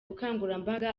ubukangurambaga